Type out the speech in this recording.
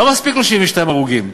לא מספיק 32 הרוגים.